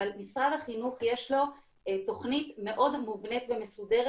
אבל למשרד החינוך יש תכנית מאוד מובנית ומסודרת